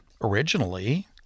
originally